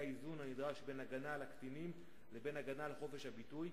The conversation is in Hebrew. האיזון הנדרש בין הגנה על קטינים לבין הגנה על חופש הביטוי.